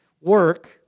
Work